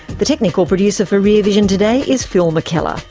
the technical producer for rear vision today is phil mckellar.